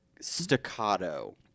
staccato